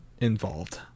involved